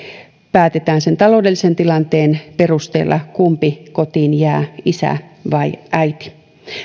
päätetään sen taloudellisen tilanteen perusteella kumpi kotiin jää isä vai äiti